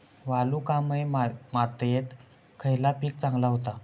वालुकामय मातयेत खयला पीक चांगला होता?